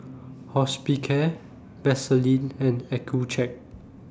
Hospicare Vaselin and Accucheck